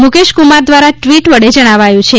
મુકેશકુમાર દ્વારા ટ્વીટ વડે જજ્ઞાવાયું છે